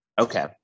Okay